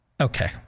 Okay